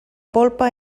polpa